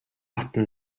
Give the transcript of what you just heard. хатан